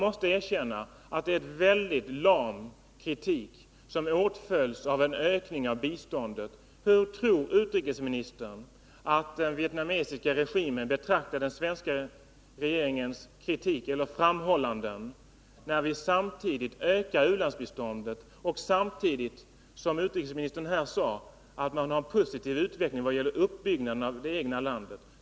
Detta är en mycket lam kritik från svensk sida som åtföljs av en ökning av biståndet. Hur tror utrikesministern att den vietnamesiska regimen betraktar den svenska regeringens ”framhållanden”, när Sverige samtidigt ökar ulandsbiståndet till Vietnam och samtidigt uttalar — som utrikesministern här gjorde — att det sker en ”positiv återuppbyggnad” av landet?